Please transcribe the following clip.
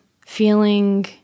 feeling